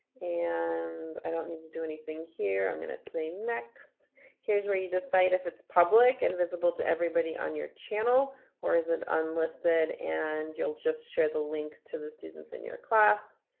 and i don't need to do anything here i'm gonna say next here's where you decide if it's public and visible to everybody on your channel or is it unlisted and you'll just share the link to the students in your class.